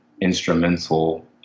instrumental